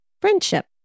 friendship